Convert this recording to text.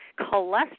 Cholesterol